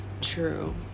True